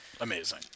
amazing